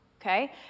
okay